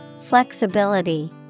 Flexibility